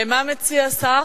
מה מציע השר?